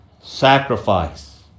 sacrifice